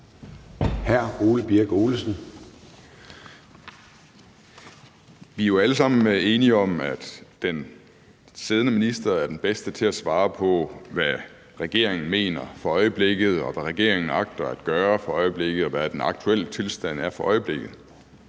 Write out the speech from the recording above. alle sammen enige om, at den siddende minister er den bedste til at svare på, hvad regeringen mener for øjeblikket, hvad regeringen agter at gøre for øjeblikket, og hvad den aktuelle tilstand er for øjeblikket.